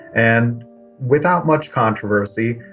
and without much controversy,